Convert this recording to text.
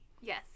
Yes